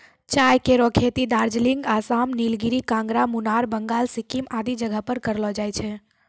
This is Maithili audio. चाय केरो खेती दार्जिलिंग, आसाम, नीलगिरी, कांगड़ा, मुनार, बंगाल, सिक्किम आदि जगह पर करलो जाय छै